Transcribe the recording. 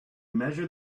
measure